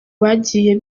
bagiye